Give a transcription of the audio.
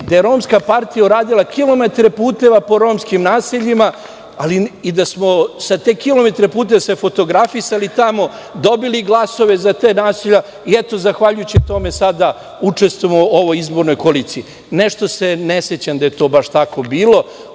da je Romska partija uradila kilometre puteva po romskim naseljima i da smo se sa tim kilometrima puteva fotografisali, dobili glasove za ta naselja i zahvaljujući tome sada učestvujemo u ovoj izbornoj koaliciji. Nešto se ne sećam da je to baš tako bilo,